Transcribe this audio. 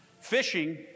Fishing